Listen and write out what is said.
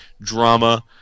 drama